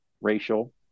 racial